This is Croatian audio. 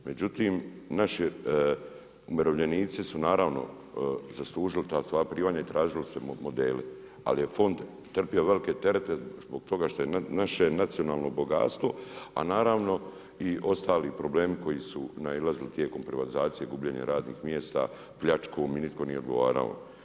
Međutim umirovljenici su zaslužili ta svoja primanja i tražili su se modeli, ali je fond trpio velike terete zbog toga što je naše nacionalno bogatstvo, a naravno i ostali problemi koji su nailazili tijekom privatizacije gubljenje radnih mjesta, pljačkom i nitko nije odgovarao.